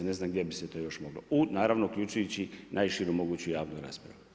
Ne znam, gdje bi se to još moglo, u, naravno uključujući najširu moguću javnu raspravu.